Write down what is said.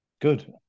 Good